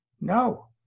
No